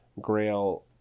Grail